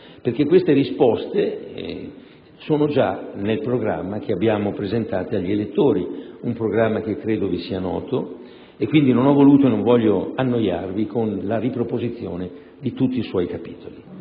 nota. Queste risposte sono già contenute nel programma presentato agli elettori, un programma che credo vi sia noto, per cui non ho voluto e non voglio annoiarvi con la riproposizione di tutti i suoi capitoli.